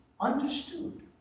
understood